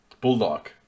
Bulldog